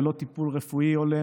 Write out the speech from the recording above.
ללא טיפול רפואי הולם.